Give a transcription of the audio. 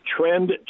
trend